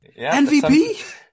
MVP